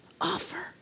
offer